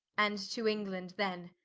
and to england then,